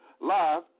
live